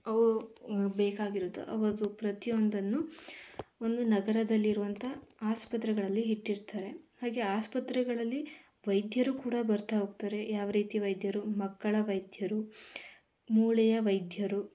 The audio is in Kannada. ಅವು ಬೇಕಾಗಿರೋದು ಅವದು ಪ್ರತಿಯೊಂದನ್ನೂ ಒಂದು ನಗರದಲ್ಲಿರುವಂಥ ಆಸ್ಪತ್ರೆಗಳಲ್ಲಿ ಇಟ್ಟಿರ್ತಾರೆ ಹಾಗೆ ಆಸ್ಪತ್ರೆಗಳಲ್ಲಿ ವೈದ್ಯರು ಕೂಡ ಬರ್ತಾ ಹೋಗ್ತಾರೆ ಯಾವ ರೀತಿ ವೈದ್ಯರು ಮಕ್ಕಳ ವೈದ್ಯರು ಮೂಳೆಯ ವೈದ್ಯರು